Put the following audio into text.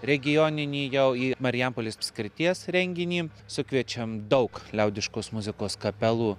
regioninį jau į marijampolės apskrities renginį sukviečiam daug liaudiškos muzikos kapelų